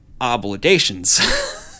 obligations